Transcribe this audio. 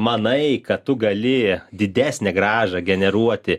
manai kad tu gali didesnę grąžą generuoti